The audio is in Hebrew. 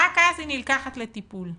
רק אז היא נלקחת לטיפול.